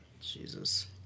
Jesus